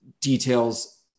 details